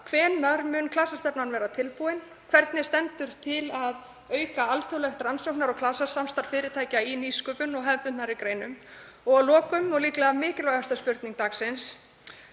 Hvenær mun klasastefnan verða tilbúin? Hvernig stendur til að auka alþjóðlegt rannsóknar- og klasasamstarf fyrirtækja í nýsköpun og hefðbundnari greinum? Að lokum og það er líklega mikilvægasta spurning dagsins: